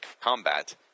combat